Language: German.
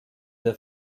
der